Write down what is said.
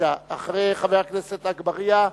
אחרי חבר הכנסת אגבאריה,